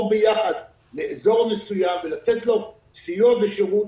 ביחד לאזור מסוים ולתת לו סיוע בשירות,